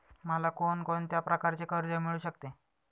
मला कोण कोणत्या प्रकारचे कर्ज मिळू शकते?